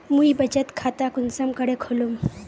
मुई बचत खता कुंसम करे खोलुम?